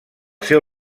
seu